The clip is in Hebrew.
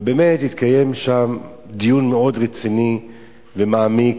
ובאמת התקיים שם דיון מאוד רציני ומעמיק